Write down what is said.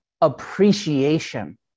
appreciation